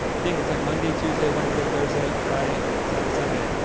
thing it's like monday tuesday wednesday thursday friday saturday sunday.